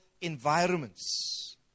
environments